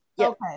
Okay